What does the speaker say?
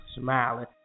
smiling